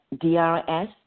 D-R-S